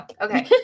Okay